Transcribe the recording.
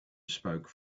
spoke